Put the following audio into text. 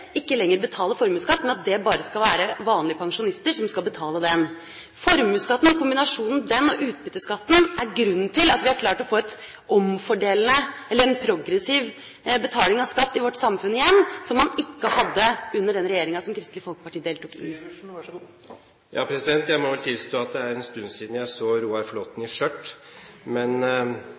ikke lenger betaler formuesskatt, men at det bare skal være vanlige pensjonister som skal betale den. Formuesskatten og kombinasjonen av den og utbytteskatten er grunnen til at vi har klart å få til en progressiv betaling av skatt i vårt samfunn igjen – som man ikke hadde under den regjeringa som Kristelig Folkeparti deltok i. Jeg må vel tilstå at det er en stund siden jeg så Roar Flåthen i skjørt, men